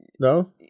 No